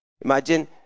Imagine